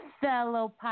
fellow